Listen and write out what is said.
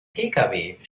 pkw